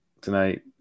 tonight